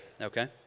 Okay